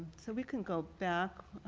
so we can go back.